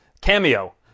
Cameo